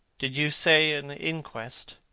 did you say an inquest?